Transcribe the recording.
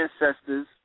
ancestors